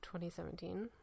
2017